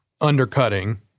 Undercutting